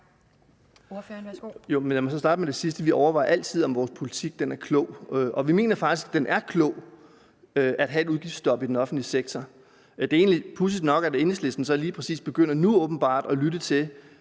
Vi overvejer altid, om vores politik er klog. Vi mener faktisk, at den er klog. Det er klogt at have et udgiftsstop i den offentlige sektor. Det er egentlig pudsigt nok, at Enhedslisten så åbenbart lige præcis nu begynder at lytte til,